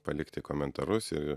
palikti komentarus ir